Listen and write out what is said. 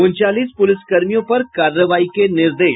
उनचालीस पुलिसकर्मियों पर कार्रवाई के निर्देश